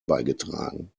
beigetragen